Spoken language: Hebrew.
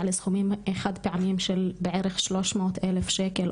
לסכומים חד פעמיים של בערך 300,000 שקלים,